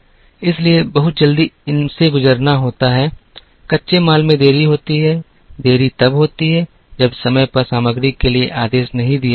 इसलिए बहुत जल्दी इनसे गुजरना होता है कच्चे माल में देरी होती है देरी तब होती है जब समय पर सामग्री के लिए आदेश नहीं दिए जाते हैं